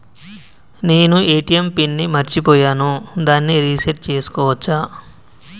నేను ATM pin ని మరచిపోయాను దాన్ని రీ సెట్ చేసుకోవచ్చా?